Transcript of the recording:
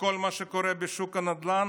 וכל מה שקורה בשוק הנדל"ן.